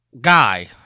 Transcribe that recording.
guy